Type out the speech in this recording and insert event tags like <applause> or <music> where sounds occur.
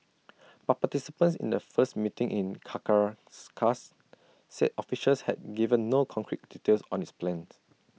but participants in A first meeting in <unintelligible> said officials had given no concrete details on its plans